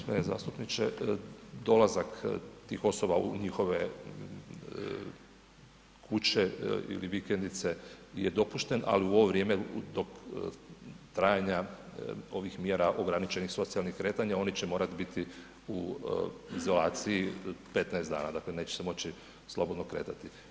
Poštovani g. zastupniče, dolazak tih osoba u njihove kuće ili vikendice je dopušten, ali u ovo vrijeme trajanja ovih mjera ograničenih socijalnih kretanja, oni će morat biti u izolaciji 15 dana, dakle neće se moći slobodno kretati.